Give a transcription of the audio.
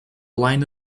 line